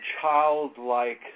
childlike